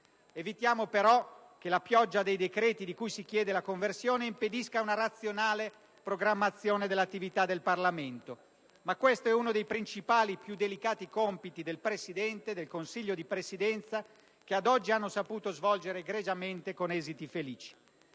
Evitiamo però che la pioggia dei decreti, di cui si chiede la conversione, impedisca una razionale programmazione dell'attività del Parlamento; ma questo è uno dei principali e più delicati compiti dei Presidente e del Consiglio di Presidenza, che ad oggi hanno saputo svolgere egregiamente con esiti felici.